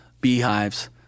beehives